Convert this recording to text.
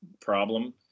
problem